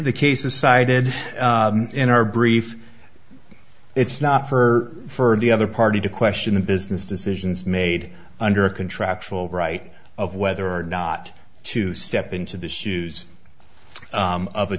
the cases cited in our brief it's not for for the other party to question the business decisions made under a contractual right of whether or not to step into the shoes of a